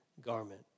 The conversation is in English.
garment